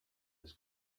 his